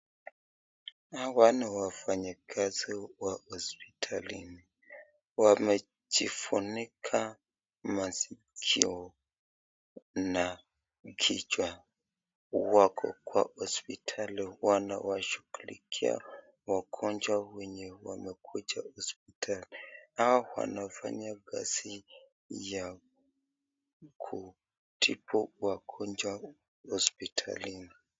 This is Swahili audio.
Hawa ni wafanyikazi wa hospitalini wamejifunika maskio na kichwa ,wako kwa hospitali wanawashughulikia wagonjwa wenye wamekuja hospitali hao wanafanya kazi ya kutibu wagonjwa hospitalini.